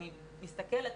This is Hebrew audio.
אני מסתכלת,